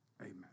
amen